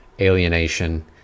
alienation